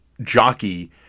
jockey